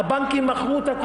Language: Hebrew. הבנקים מכרו את קופות הגמל.